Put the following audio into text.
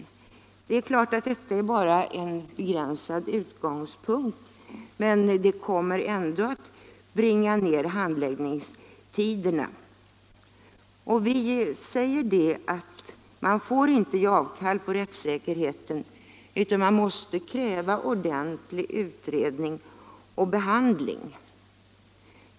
Det är klart att dessa har mer begränsat syfte, men de kommer ändå att bringa ned handläggningstiderna. Vi anser inom utskottet att man inte får ge avkall på rättssäkerheten utan man måste kräva ordentlig utredning och behandling.